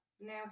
Now